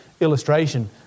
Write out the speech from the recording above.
illustration